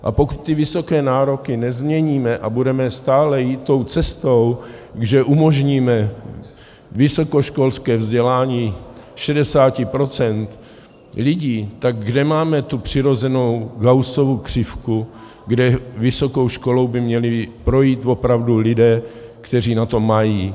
A pokud ty vysoké nároky nezměníme a půjdeme stále tou cestou, že umožníme vysokoškolské vzdělání 60 % lidí, tak kde máme tu přirozenou Gaussovu křivku, kde vysokou školou by měli projít opravdu lidé, kteří na to mají?